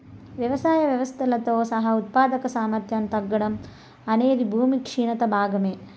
వ్యవసాయ వ్యవస్థలతో సహా ఉత్పాదక సామర్థ్యాన్ని తగ్గడం అనేది భూమి క్షీణత భాగమే